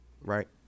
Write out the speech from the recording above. right